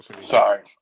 Sorry